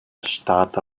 ŝtata